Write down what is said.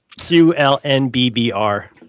Q-L-N-B-B-R